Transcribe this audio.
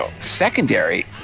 secondary